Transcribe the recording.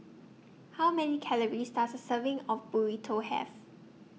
How Many Calories Does A Serving of Burrito Have